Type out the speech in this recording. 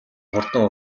хурдан